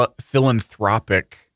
philanthropic